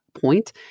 point